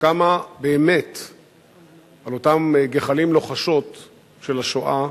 שקמה באמת על אותן גחלים לוחשות של השואה,